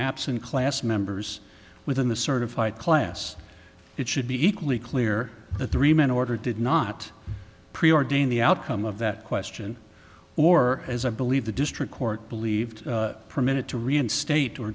apps in class members within the certified class it should be equally clear that the reman order did not pre ordained the outcome of that question or as i believe the district court believed permitted to reinstate or